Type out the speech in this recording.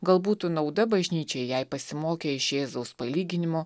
gal būtų nauda bažnyčiai jei pasimokę iš jėzaus palyginimų